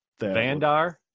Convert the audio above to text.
Vandar